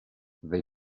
they